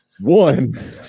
One